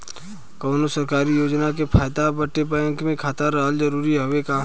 कौनो सरकारी योजना के फायदा बदे बैंक मे खाता रहल जरूरी हवे का?